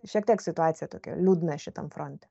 šiek tiek situacija tokia liūdna šitam fronte